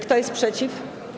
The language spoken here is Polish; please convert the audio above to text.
Kto jest przeciw?